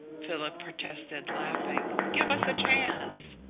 philip protested, laughing. give us a chance!